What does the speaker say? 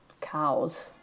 cows